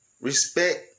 Respect